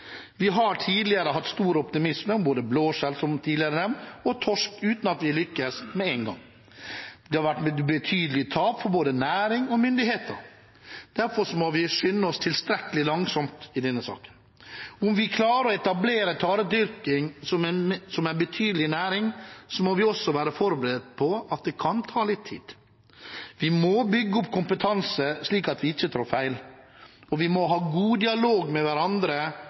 Vi har tidligere hatt stor optimisme om både blåskjell, som tidligere nevnt, og torsk uten å lykkes med en gang. Det har vært betydelige tap for både næring og myndigheter. Derfor må vi skynde oss tilstrekkelig langsomt i denne saken. Om vi klarer å etablere taredyrking som en betydelig næring, må vi også være forberedt på at det kan ta litt tid. Vi må bygge opp kompetanse, slik at vi ikke trår feil. Og vi må ha god dialog med hverandre,